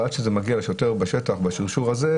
אבל עד שזה מגיע לשוטר בשטח בשרשור הזה,